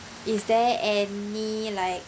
is there any like